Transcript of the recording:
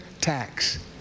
tax